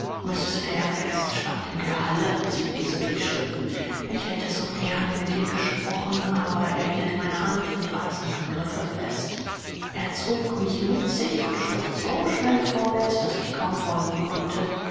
stand in der halle als wir diese durchschritten ich hätte so gern mit ihr gesprochen aber er hielt meine hand mit eisernem griffe fest er zog mich mit sich und schritt so schnell vorwärts daß ich kaum folgen konnte